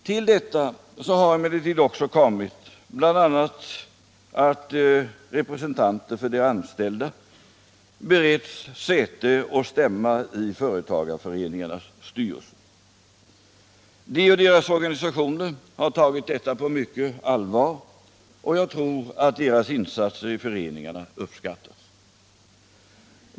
Till detta har emellertid kommit bl.a. att representanter för de anställda beretts säte och stämma i företagarföreningarnas styrelser. De och deras organisationer har tagit detta på stort allvar, och jag tror att deras insatser i föreningarna uppskattats.